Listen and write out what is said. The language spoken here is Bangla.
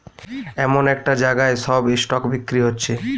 এমন একটা জাগায় সব স্টক বিক্রি হচ্ছে